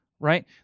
right